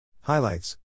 Highlights